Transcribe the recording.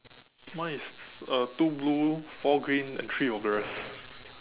mine is uh two blue four green and three of the rest